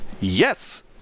Yes